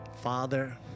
Father